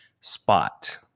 spot